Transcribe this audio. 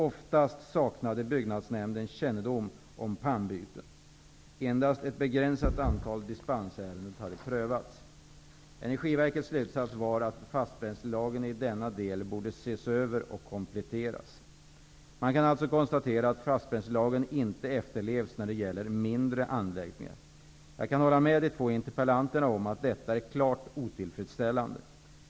Oftast saknade byggnadsnämnden kännedom om pannbyten. Endast ett begränsat antal dispensärenden hade prövats. Energiverkets slutsats var att fastbränslelagen i denna del borde ses över och kompletteras. Man kan alltså konstatera att fastbränslelagen inte efterlevs när det gäller mindre anläggningar. Jag kan hålla med de två interpellanterna om att detta är klart otillfredsställande.